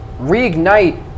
reignite